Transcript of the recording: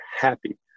happy